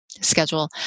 Schedule